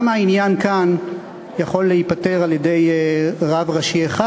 גם העניין כאן יכול להיפתר על-ידי רב ראשי אחד.